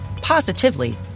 positively